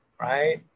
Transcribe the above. right